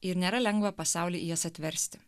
ir nėra lengva pasauly jas atversti